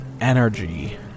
Energy